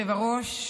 כבוד היושב-ראש,